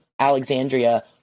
Alexandria